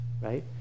right